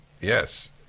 Yes